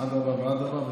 אדרבה ואדרבה.